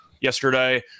yesterday